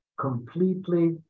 completely